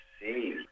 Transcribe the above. see